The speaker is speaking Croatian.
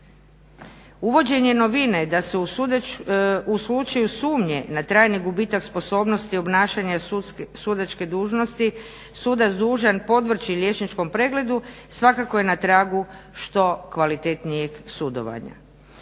Uvođenje novine da se u slučaju sumnje na trajni gubitak sposobnosti obnašanja sudačke dužnosti sudac dužan podvrći liječničkom pregledu svakako je na tragu što kvalitetnijeg sudovanja.